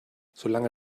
solange